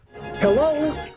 Hello